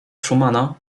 szumana